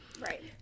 Right